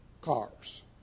cars